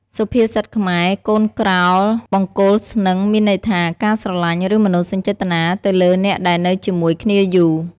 សុភាសិតខ្មែរ “កូនក្រោលបង្គោលស្នឹង” មានន័យថា ការស្រឡាញ់ ឬមនោសញ្ចេតនាទៅលើអ្នកដែលនៅជាមួយគ្នាយូរ។